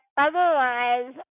otherwise